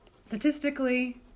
statistically